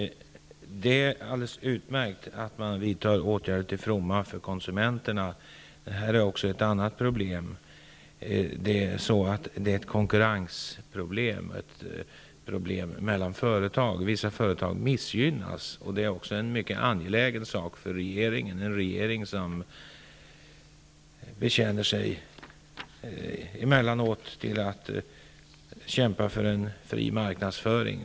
Herr talman! Det är alldeles utmärkt att åtgärder vidtas till fromma för konsumenterna. Men det finns också ett annat problem. Det råder problem med konkurrens mellan företag. Vissa företag missgynnas. Det här är en angelägen fråga för regeringen -- en regering som emellanåt kämpar för en fri marknadsföring.